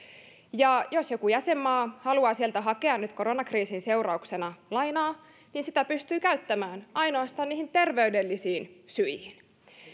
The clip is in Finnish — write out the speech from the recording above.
ja jos joku jäsenmaa haluaa sieltä hakea nyt koronakriisin seurauksena lainaa niin sitä pystyy käyttämään ainoastaan niihin terveydellisiin syihin